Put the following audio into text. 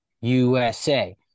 USA